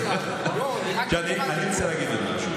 עכשיו אני רוצה להגיד משפט אחד שהוא,